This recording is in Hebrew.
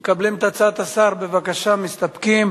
מקבלים את הצעת השר, בבקשה, מסתפקים.